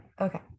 Okay